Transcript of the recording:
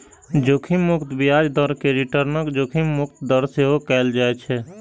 जोखिम मुक्त ब्याज दर कें रिटर्नक जोखिम मुक्त दर सेहो कहल जाइ छै